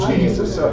Jesus